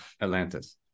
Atlantis